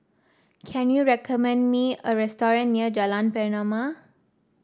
can you recommend me a restaurant near Jalan Pernama